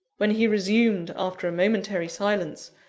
when he resumed, after a momentary silence,